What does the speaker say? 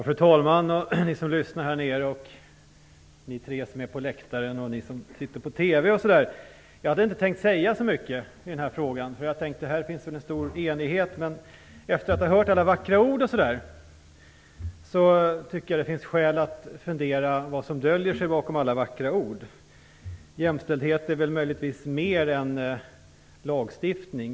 Fru talman, ni som lyssnar här nere, ni tre på läktaren och ni som tittar på TV! Jag hade inte tänkt säga så mycket i den här frågan eftersom jag trodde att enigheten skulle vara stor. Efter att ha hört alla vackra ord tycker jag dock att det finns skäl att fundera över vad som döljer sig bakom alla de vackra orden. Jämställdhet är väl möjligtvis mer än bara lagstiftning.